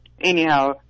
anyhow